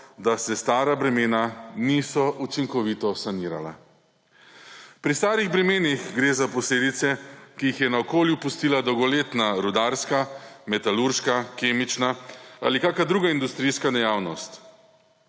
da se stara bremena niso učinkovito sanirala. Pri starih bremenih gre za posledice, ki jih je na okolju pustila dolgoletna rudarska, metalurška, kemična ali kakšna druga industrijska dejavnost.